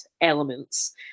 elements